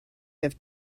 have